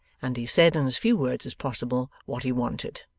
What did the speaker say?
and he said in as few words as possible, what he wanted.